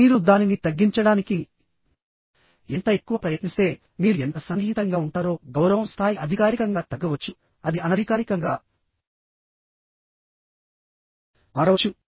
మీరు దానిని తగ్గించడానికి ఎంత ఎక్కువ ప్రయత్నిస్తే మీరు ఎంత సన్నిహితంగా ఉంటారో గౌరవం స్థాయి అధికారికంగా తగ్గవచ్చు అది అనధికారికంగా మారవచ్చు